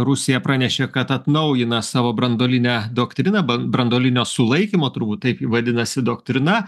rusija pranešė kad atnaujina savo branduolinę doktriną ban branduolinio sulaikymo turbūt taip vadinasi doktrina